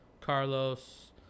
Carlos